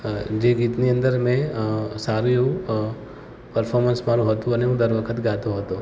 જે ગીતની અંદર મેં સારું એવું પરફોર્મન્સ મારું હતું અને હું દર વખત ગાતો હતો